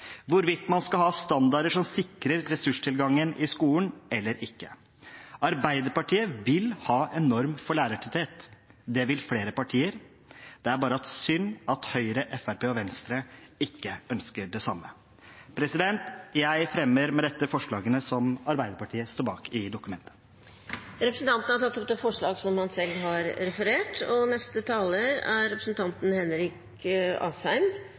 hvorvidt man skal ha standarder som sikrer ressurstilgangen i skolen eller ikke. Arbeiderpartiet vil ha en norm for lærertetthet. Det vil flere partier – det er bare synd at Høyre, Fremskrittspartiet og Venstre ikke ønsker det samme. Jeg tar med dette opp forslaget fra Arbeiderpartiet i innstillingen. Representanten Christian Tynning Bjørnø har tatt opp det forslaget han refererte til. I likhet med forrige taler